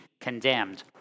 condemned